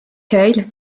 kyle